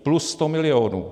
Plus 100 milionů.